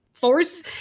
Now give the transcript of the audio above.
Force